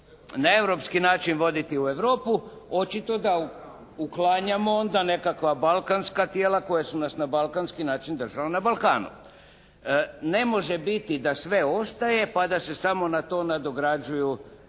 na europski način voditi u Europu očito da uklanjamo onda nekakva balkanska tijela koja su nas na balkanski način držala na Balkanu. Ne može biti da sve ostaje pa da se samo na to nadograđuju,